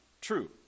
true